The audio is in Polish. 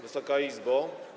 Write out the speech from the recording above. Wysoka Izbo!